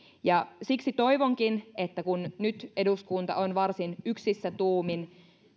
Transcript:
siksi toivonkin että kun nyt eduskunta on varsin yksissä tuumin